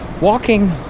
walking